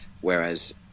Whereas